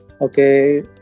Okay